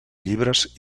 llibres